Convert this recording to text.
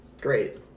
great